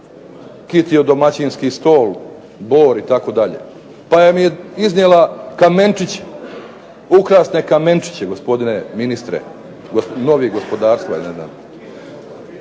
kitio domaćinski stol, bor, itd., pa mi je iznijela kamenčić ukrasne kamenčiće, gospodine ministre, novi gospodarstva,